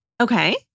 Okay